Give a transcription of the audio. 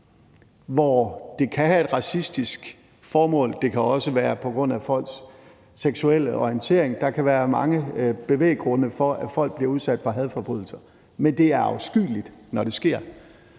som kan have et racistisk motiv, og det kan også være på grund af folks seksuelle orientering. Der kan være mange bevæggrunde til, at folk bliver udsat for hadforbrydelser, men det er afskyeligt, når det sker.